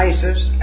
Isis